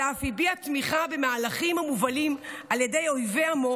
אלא אף הביע תמיכה במהלכים המובלים על ידי אויבי עמו